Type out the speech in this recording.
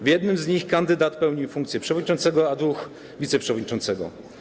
W jednym z nich kandydat pełnił funkcję przewodniczącego, a w dwóch - wiceprzewodniczącego.